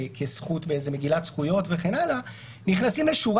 כזכות באיזו מגילת זכויות וכן הלאה נכנסים לשורה